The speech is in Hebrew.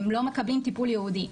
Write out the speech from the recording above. הם לא מקבלים טיפול ייעודי.